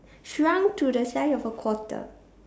shrunk to the size of a quarter